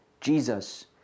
Jesus